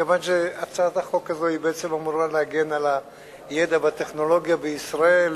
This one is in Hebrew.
מכיוון שהצעת החוק הזו בעצם אמורה להגן על הידע והטכנולוגיה בישראל,